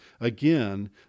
again